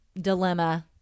dilemma